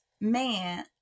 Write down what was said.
man